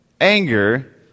Anger